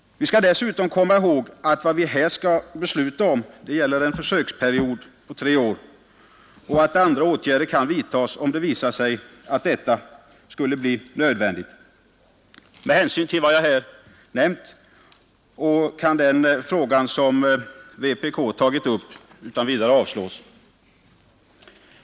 Vi bör dessutom komma ihåg att vad vi här skall besluta om gäller en försöksperiod på tre år och att andra åtgärder kan vidtas om det visar sig att detta skulle bli nödvändigt. Med hänsyn till vad jag här nämnt kan det förslag som vpk tagit upp avslås utan vidare.